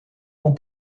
ont